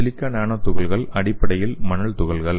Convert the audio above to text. silica nano துகள்கள் அடிப்படையில் மணல் துகள்கள்